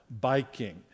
biking